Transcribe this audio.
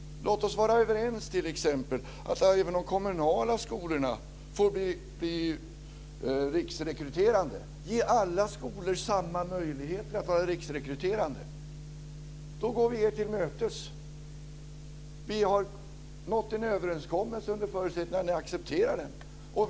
Låt oss vara överens om, t.ex., att även de kommunala skolorna får vara riksrekryterande. Ge alla skolor samma möjligheter att vara riksrekryterande. Då går vi er till mötes. Vi har nått en överenskommelse under förutsättning att ni accepterar den.